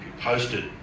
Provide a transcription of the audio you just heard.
posted